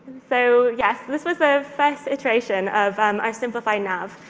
so yes, this was the first iteration of um our simplified nav.